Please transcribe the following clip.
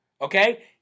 Okay